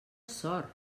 sort